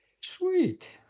Sweet